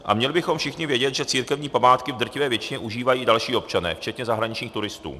A měli bychom všichni vědět, že církevní památky v drtivé většině užívají další občané včetně zahraničních turistů.